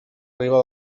riba